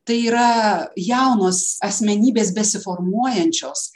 tai yra jaunos asmenybės besiformuojančios